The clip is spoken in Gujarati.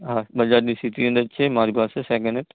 હા બજાજની સીટી હન્ડ્રેડ છે મારી પાસે સેકન્ડ હેન્ડ